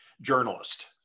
journalist